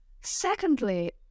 Secondly